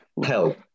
Help